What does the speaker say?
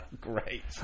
Great